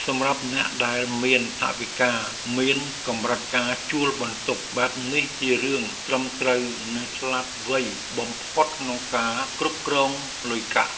សម្រាប់អ្នកដែលមានថវិកាមានកម្រិតការជួលបន្ទប់បែបនេះជារឿងត្រឹមត្រូវនិងឆ្លាតវៃបំផុតក្នុងការគ្រប់គ្រងលុយកាក់។